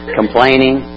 complaining